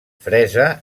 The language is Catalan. fresa